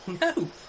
No